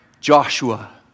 Joshua